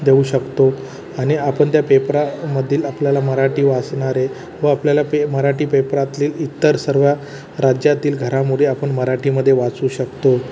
देऊ शकतो आणि आपण त्या पेपरामधील आपल्याला मराठी वाचणारे व आपल्याला मराठी पेप्रातील इतर सर्व राज्यातील घडामोडी आपण मराठीमध्ये वाचू शकतो